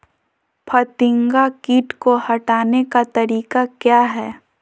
फतिंगा किट को हटाने का तरीका क्या है?